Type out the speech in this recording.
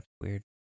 weird